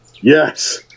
Yes